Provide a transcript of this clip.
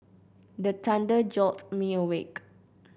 the thunder jolt me awake